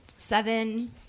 seven